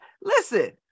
listen